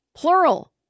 Plural